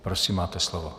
Prosím, máte slovo.